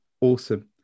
awesome